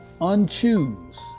unchoose